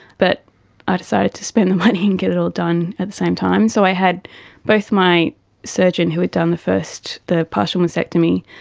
but i decided to spend the money and get it all done at the same time. so i had both my surgeon who had done the first, the partial mastectomy,